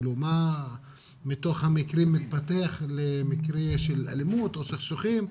מה מתוך המקרים מתפתח למקרה של אלימות או סכסוכים,